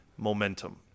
Momentum